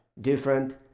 different